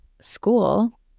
school